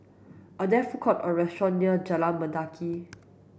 are there food courts or restaurants near Jalan Mendaki